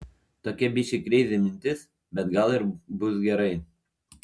tokia biškį kreizi mintis bet gal ir bus gerai